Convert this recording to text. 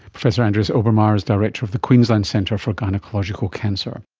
professor andreas obermair is director of the queensland centre for gynaecological cancer